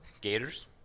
gators